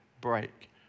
break